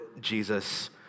Jesus